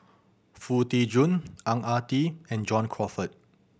Foo Tee Jun Ang Ah Tee and John Crawfurd